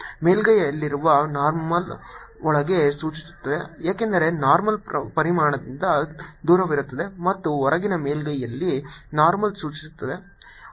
ಮೇಲ್ಮೈಯಲ್ಲಿರುವ ನಾರ್ಮಲ್ ಒಳಗೆ ಸೂಚಿಸುತ್ತದೆ ಏಕೆಂದರೆ ನಾರ್ಮಲ್ ಪರಿಮಾಣದಿಂದ ದೂರವಿರುತ್ತದೆ ಮತ್ತು ಹೊರಗಿನ ಮೇಲ್ಮೈಯಲ್ಲಿ ನಾರ್ಮಲ್ ಸೂಚಿಸುತ್ತದೆ